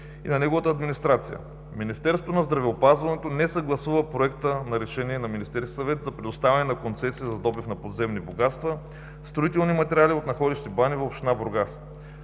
и на неговата администрация. Министерството на здравеопазването не съгласува Проекта на решение на Министерския съвет за предоставяне на концесия за добив на подземни богатства, строителни материали от находище „Банево“, община Бургас.